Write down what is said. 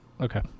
Okay